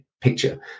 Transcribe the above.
picture